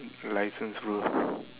license mah